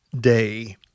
day